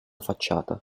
facciata